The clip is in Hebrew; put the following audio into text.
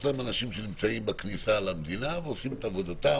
יש להם אנשים שנמצאים בכניסה למדינה ועושים את עבודתם,